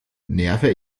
nerve